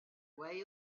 way